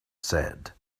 said